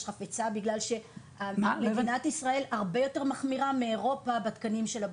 חפצה בגלל שמדינת ישראל הרבה יותר מחמירה מאירופה בתקנים של הבריאות.